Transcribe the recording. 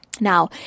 Now